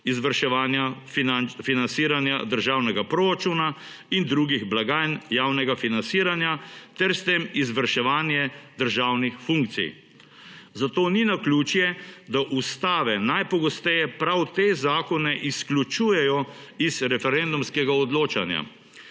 izvrševanja financiranja državnega proračuna in drugih blagajn javnega financiranja ter s tem izvrševanje državnih funkcij. Zato ni naključje, da ustave najpogosteje prav te zakone izključujejo iz referendumskega odločanja.